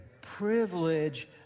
privilege